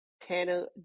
Tanner